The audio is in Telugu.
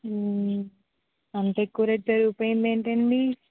అంత ఎక్కువ రేటు పెరిగిపోయింది ఏంటండీ